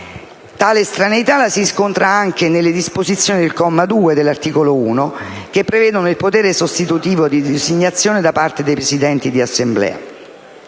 Tale estraneità la si riscontra anche nelle disposizioni del comma 2 dell'articolo 1, che prevedono il potere sostitutivo di designazione coattiva da parte dei Presidenti di Assemblea.